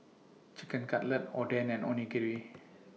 Chicken Cutlet Oden and Onigiri